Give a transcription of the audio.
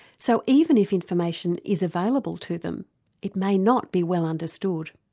so even if information is available to them it may not be well understood.